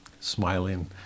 smiling